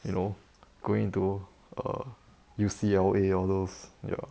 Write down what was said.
you know going into err U_C_L_A all those ya